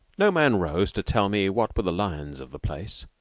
no man rose to tell me what were the lions of the place.